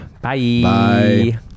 Bye